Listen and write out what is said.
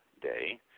Day